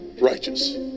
righteous